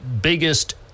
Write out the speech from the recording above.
biggest